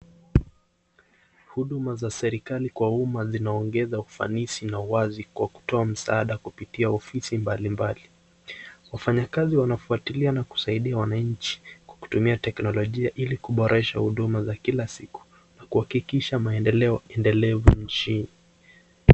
Huduma za serekali kwa umma zinaongeza ufanisi na uwazi kwa kutoa msaada kupitia ofisi mbali mbali. Wafanyakazi wanafuatilia na kusaidia wananchi, kutumia teknolojia ili kuboresha huduma za kila siku na kuhakikisha maendeleo endelevu nchini.